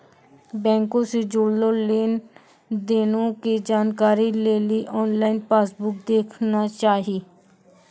बैंको से जुड़लो लेन देनो के जानकारी लेली आनलाइन पासबुक देखना चाही